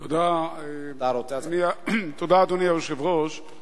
תודה, אדוני היושב-ראש.